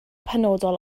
penodol